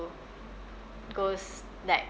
goes like